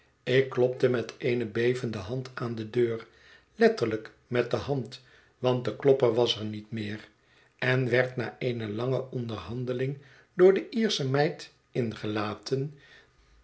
ik klopte met eene bevende hand aan de deur letterlijk met de hand want de klopper was er niet meer en werd na eene lange onderhandeling door de iersche meid ingelaten